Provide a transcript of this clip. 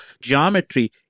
geometry